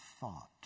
thought